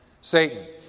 Satan